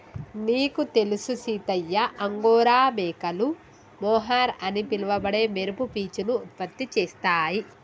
నీకు తెలుసు సీతయ్య అంగోరా మేకలు మొహర్ అని పిలవబడే మెరుపు పీచును ఉత్పత్తి చేస్తాయి